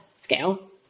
scale